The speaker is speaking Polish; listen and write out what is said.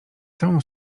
całą